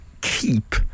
keep